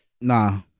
Nah